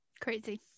Crazy